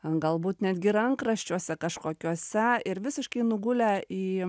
an galbūt netgi rankraščiuose kažkokiuose ir visiškai nugulę į